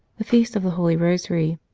the feast of the holy rosary.